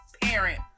parent